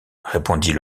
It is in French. répondit